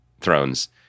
Thrones